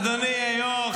אדוני היו"ר,